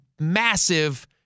massive